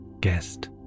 guest